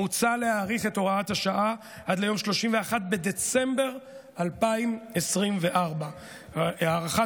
מוצע להאריך את הוראת השעה עד ליום 31 בדצמבר 2024. הארכת